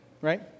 right